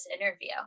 interview